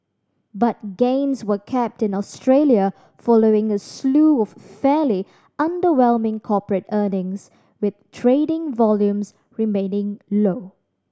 but gains were capped in Australia following a slew of fairly underwhelming corporate earnings with trading volumes remaining low